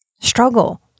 struggle